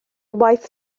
waith